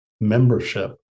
membership